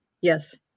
Yes